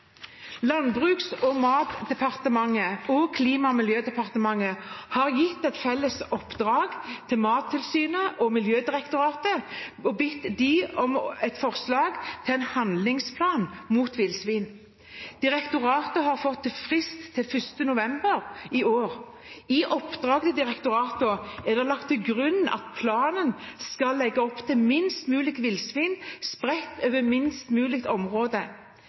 Landbruks- og matdepartementet og Klima- og miljødepartementet har gitt et felles oppdrag til Mattilsynet og Miljødirektoratet og bedt dem om et forslag til en handlingsplan mot villsvin. Direktoratet har fått frist til 1. november i år. I oppdraget til direktoratet er det lagt til grunn at planen skal legge opp til færrest mulige villsvin spredt over et minst mulig område.